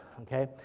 okay